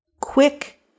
Quick